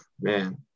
man